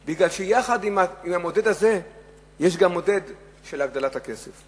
כי יחד עם המדד הזה יש גם מדד של הגדלת סכומי הכסף.